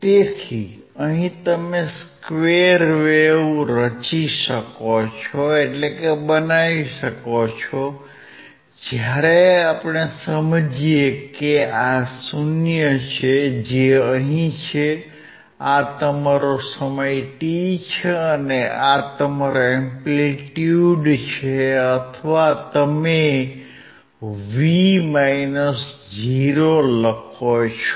તેથી અહિ તમે સ્ક્વેર વેવ રચી શકો છો જ્યારે આપણે સમજીએ કે આ 0 છે જે અહીં છે આ તમારો સમય t છે અને આ તમારો એમ્પ્લિટ્યુડ છે અથવા તમે V માઇનસ 0 લખો છો